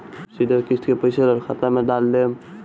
हम सीधे किस्त के पइसा राउर खाता में डाल देम?